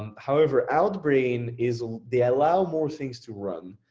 um however outbrain is, they allow more things to run,